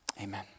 Amen